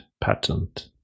patent